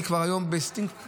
אני היום עם אינסטינקט,